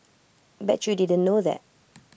bet you didn't know that